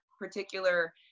particular